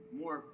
more